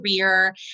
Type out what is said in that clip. career